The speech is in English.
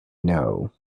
know